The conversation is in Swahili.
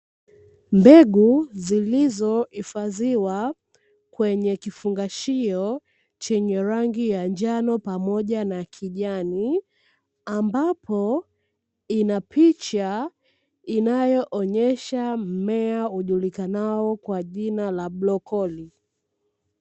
Mbegu zilizohifadhiwa kwenye kifungashio chenye rangi ya njano pamoja na kijani, ambapo ina picha inayoonyesha mmea ujulikanao kwa jina la brokoli.